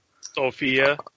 Sophia